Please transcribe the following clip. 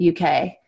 UK